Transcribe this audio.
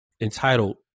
entitled